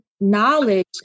knowledge